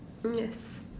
mm yes